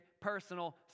personal